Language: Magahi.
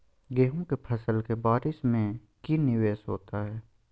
गेंहू के फ़सल के बारिस में की निवेस होता है?